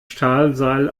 stahlseil